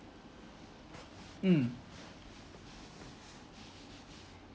mm